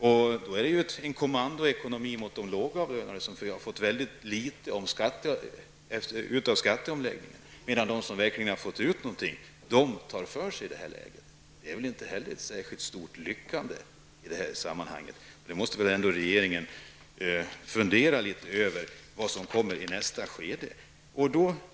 Här rör det sig om en kommandoekonomi riktad mot de lågavlönade som har fått ut mycket litet av skatteomläggningen. De som verkligen har fått ut någonting tar i det här läget för sig. Detta är inte lyckat, och regeringen måste väl ändå fundera över vad som kan komma i nästa skede.